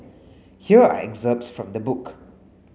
here are excerpts from the book